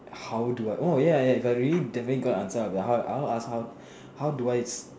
how do I oh ya ya if I really definitely got an answer I will be like I want to ask how how do I